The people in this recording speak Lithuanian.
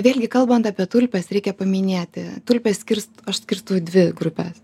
vėlgi kalbant apie tulpes reikia paminėti tulpę skirst aš skirstau į dvi grupes